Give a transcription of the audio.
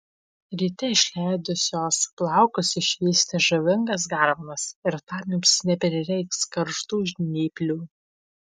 ryte išleidusios plaukus išvysite žavingas garbanas ir tam jums neprireiks karštų žnyplių